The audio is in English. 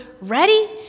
ready